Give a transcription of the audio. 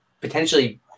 potentially